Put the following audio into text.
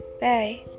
Bye